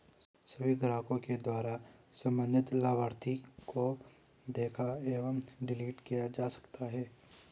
सभी ग्राहकों के द्वारा सम्बन्धित लाभार्थी को देखा एवं डिलीट किया जा सकता है